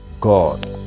God